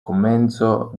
komenco